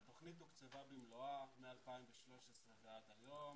התוכנית תוקצבה במלואה מ-2013 ועד היום,